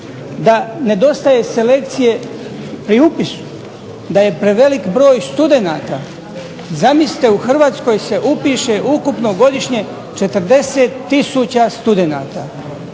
da nedostaje selekcije pri upisu, da je prevelik broj studenata. Zamislite, u Hrvatskoj se upiše ukupno godišnje 40000 studenata,